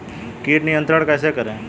कीट नियंत्रण कैसे करें?